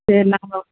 சரி நாங்கள்